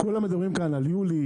מדברים על לעשות דברים ביולי,